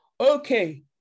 Okay